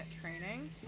training